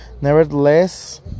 Nevertheless